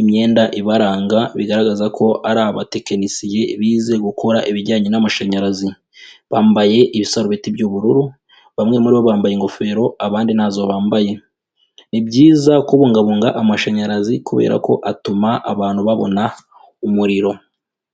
imyenda ibaranga bigaragaza ko ari abatekinisiye bize gukora ibijyanye n'amashanyarazi, bambaye ibisarubeti by'ubururu, bamwe muri bo bambaye ingofero abandi ntazo bambaye, ni byiza kubungabunga amashanyarazi kubera ko atuma abantu babona umuriro.